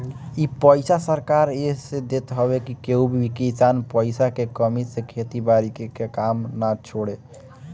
इ पईसा सरकार एह से देत हवे की केहू भी किसान पईसा के कमी से खेती बारी के काम ना छोड़े